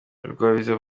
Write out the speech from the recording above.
rugwabiza